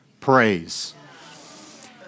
praise